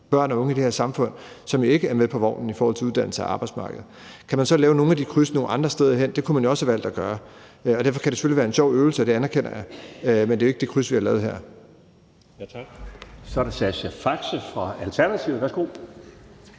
børn og unge i det her samfund, som ikke er med på vognen i forhold til uddannelse og arbejdsmarked. Kan man så lave nogle af de kryds nogle andre steder? Det kunne man jo også have valgt at gøre. Derfor kan det selvfølgelig være en sjov øvelse, og det anerkender jeg, men det er jo ikke det kryds, vi har lavet her.